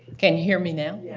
can you hear me now? yeah